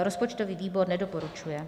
Rozpočtový výbor nedoporučuje.